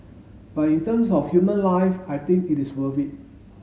but in terms of human life I think it is worth it